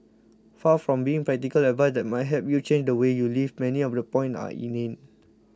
far from being practical advice that might help you change the way you live many of the points are inane